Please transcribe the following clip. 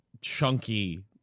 chunky